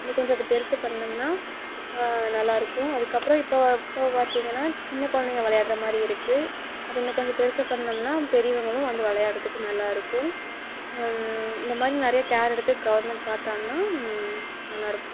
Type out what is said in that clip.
இன்னும் கொஞ்சம் அது பெருசு பண்ணிணோம்னா நல்லாயிருக்கும் அதுக்கப்புறம் இப்போது இப்போது பார்த்திங்கனா சின்ன குழந்தைங்க விளையாடுகிற மாதிரி இருக்குது அது இன்னும் கொஞ்சம் பெருசு பண்ணிணோம்னா பெரியவங்களும் வந்து விளையாடுகிறதுக்கு நல்லாயிருக்கும் இந்த மாதிரி நிறையா கேர் எடுத்து கவர்மெண்ட் பார்த்தாங்கனா நல்லாயிருக்கும்